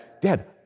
Dad